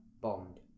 Bond